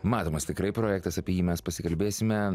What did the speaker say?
matomas tikrai projektas apie jį mes pasikalbėsime